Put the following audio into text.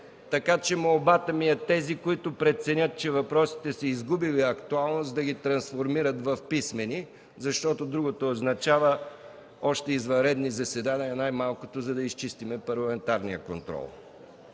така че молбата ми е тези, които преценят, че въпросите са изгубили актуалност да ги трансформират в писмени, защото другото означава още извънредни заседания, най-малкото, за да изчистим Парламентарния контрол.